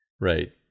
Right